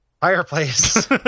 fireplace